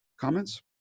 Comments